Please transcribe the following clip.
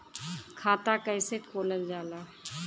खाता कैसे खोलल जाला?